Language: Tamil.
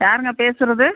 யாருங்க பேசுகிறது